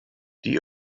die